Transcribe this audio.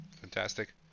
fantastic